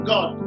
God